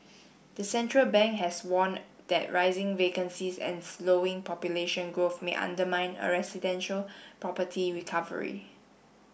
the central bank has warned that rising vacancies and slowing population growth may undermine a residential property recovery